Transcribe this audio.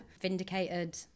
Vindicated